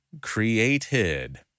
created